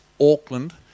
Auckland